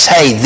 Hey